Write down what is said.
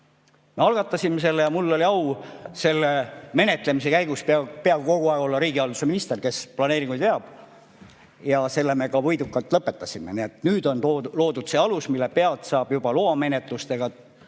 Me algatasime selle ja mul oli au selle menetlemise käigus peaaegu kogu aeg olla riigihalduse minister, kes planeeringuid veab. Ja selle me ka võidukalt lõpetasime. Nii et nüüd on loodud see alus, mille pealt saab juba loamenetlustega tõsiselt